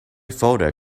folder